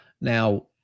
Now